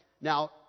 Now